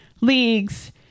leagues